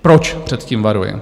Proč před tím varuji?